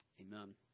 Amen